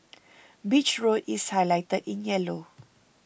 Beach Road is highlighted in yellow